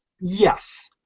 Yes